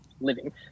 living